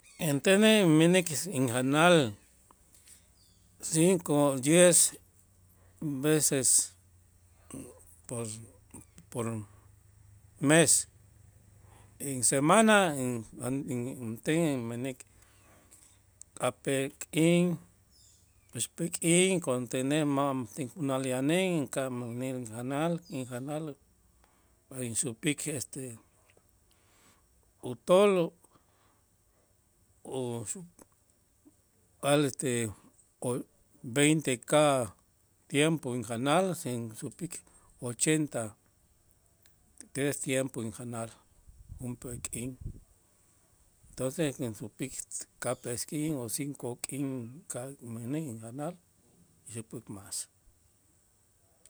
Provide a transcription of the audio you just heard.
Intenej mänik injanal cinco, diez veces por por mes en semana inten inmänik ka'p'eel k'in, oxp'ee k'in con tenej ma' tinjunal yanen inka'aj manij injanal, injanal b'ay inxupik este utool uxup al este veinte ka tiempo injanal sensupik ochenta tres tiempo injanal junp'ee k'in, entoces insupik ka'p'ee k'in o cinco k'in inka'aj inmanej injanal inxupu' mas.